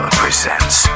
presents